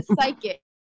psychic